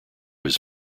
his